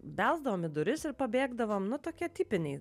belsdavom į duris ir pabėgdavom nu tokie tipiniai